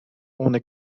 ohne